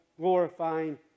Glorifying